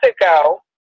ago